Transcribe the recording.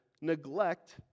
neglect